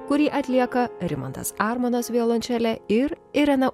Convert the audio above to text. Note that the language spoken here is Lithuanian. kurį atlieka rimantas armonas violončelė ir irena